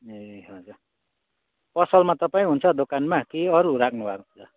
ए हजुर पसलमा तपाईँ हुन्छ दोकानमा कि अरू राख्नुभएको छ